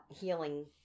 healing